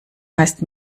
heißt